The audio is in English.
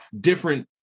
different